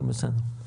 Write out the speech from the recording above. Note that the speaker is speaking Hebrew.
אבל בסדר.